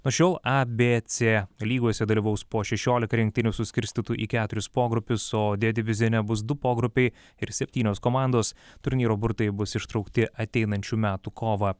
nuo šiol a b c lygose dalyvaus po šešiolika rinktinių suskirstytų į keturis pogrupius o d divizione bus du pogrupiai ir septynios komandos turnyro burtai bus ištraukti ateinančių metų kovą